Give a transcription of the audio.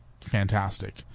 fantastic